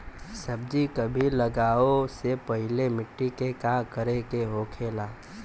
सब्जी कभी लगाओ से पहले मिट्टी के का करे के होखे ला?